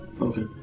Okay